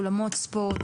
אולמות ספורט,